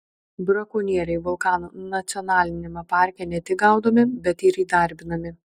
brakonieriai vulkano nacionaliniame parke ne tik gaudomi bet ir įdarbinami